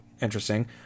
Interesting